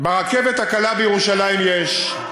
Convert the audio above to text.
ברכבת הקלה בירושלים יש.